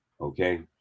Okay